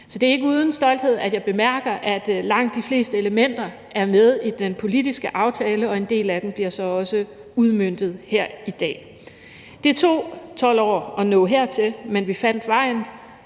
Så det er ikke uden stolthed, jeg bemærker, at langt de fleste elementer er med i den politiske aftale, og en del af dem bliver så også udmøntet her i dag. Det tog 12 år at nå hertil, men vi fandt vejen.